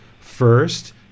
First